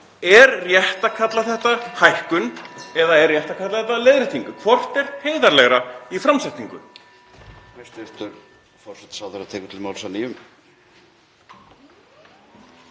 Er rétt að kalla þetta hækkun eða er rétt að kalla þetta leiðréttingu? Hvort er heiðarlegra í framsetningu?